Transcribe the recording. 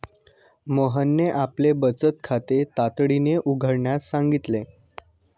मोहनने आपले बचत खाते तातडीने उघडण्यास सांगितले